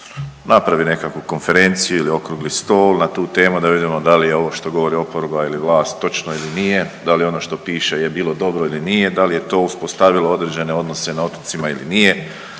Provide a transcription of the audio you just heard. možda napravi nekakvu konferenciju ili okrugli stol na tu temu da vidimo da li je ovo što govori oporba ili vlast točno ili nije, da li ono što piše je bilo dobro ili nije, da li je to uspostavilo određene odnose na otocima ili nije,